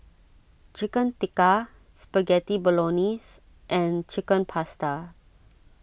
Chicken Tikka Spaghetti Bolognese and Chicken Pasta